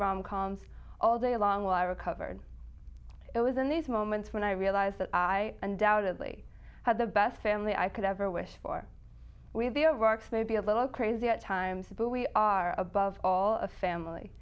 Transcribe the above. coms all day long while i recovered it was in these moments when i realized that i undoubtedly had the best family i could ever wish for with the of arks maybe a little crazy at times but we are above all a family